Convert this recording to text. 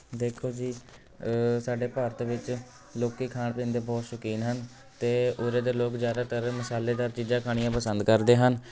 ਦੇਖੋ ਜੀ ਸਾਡੇ ਭਾਰਤ ਵਿੱਚ ਲੋਕ ਖਾਣ ਪੀਣ ਦੇ ਬਹੁਤ ਸ਼ੋਕੀਨ ਹਨ ਅਤੇ ਉਹਦੇ 'ਤੇ ਲੋਕ ਜ਼ਿਆਦਾਤਰ ਮਸਾਲੇਦਾਰ ਚੀਜ਼ਾਂ ਖਾਣੀਆਂ ਪਸੰਦ ਕਰਦੇ ਹਨ